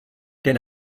denn